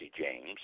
James